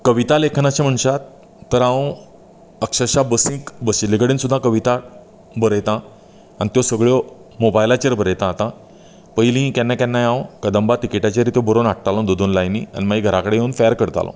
कविता लेखनाचे म्हणशांत तर हांव अक्षरशां बसींत बशिल्ले कडेन सुद्दां कविता बरयतां आनी त्यो सगळ्यो मोबायलाचेर बरयतां आतां पयली केन्ना केन्नाय हांव कंदबां टिकीटाचेर त्यो बरोन हाडटालो दो दोन लायनी आनी मागीर घरां कडेन येवन फॅर करतालो